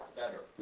better